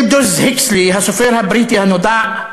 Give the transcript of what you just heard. אלדוס הקסלי, הסופר הבריטי הנודע,